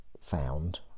found